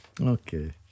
Okay